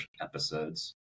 episodes